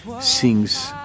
sings